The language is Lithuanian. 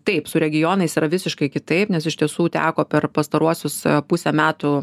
taip su regionais yra visiškai kitaip nes iš tiesų teko per pastaruosius pusę metų